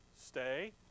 Stay